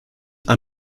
are